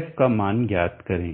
f का मान ज्ञात करें